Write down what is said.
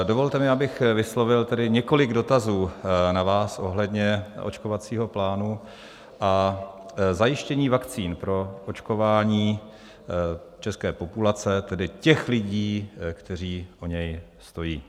Dovolte mi, abych vyslovil několik dotazů na vás ohledně očkovacího plánu a zajištění vakcín pro očkování české populace, tedy těch lidí, kteří o něj stojí.